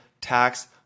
tax